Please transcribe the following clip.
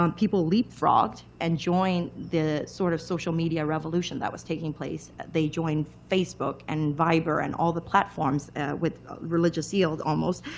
um people leapfrogged and joined the sort of social media revolution that was taking place. they joined facebook and viber and all the platforms with religious zeal, almost.